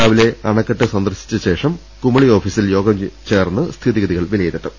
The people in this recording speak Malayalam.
രാവിലെ അണക്കെട്ട് സന്ദർശിച്ച ശേഷം കുമളി ഓഫീസിൽ യോഗം ചേർന്ന് സ്ഥിതിഗതികൾ വിലയിരുത്തും